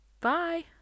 bye